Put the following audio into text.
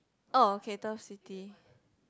oh okay Turf City